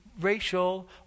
racial